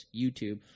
YouTube